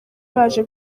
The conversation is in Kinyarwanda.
baje